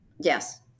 Yes